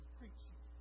preaching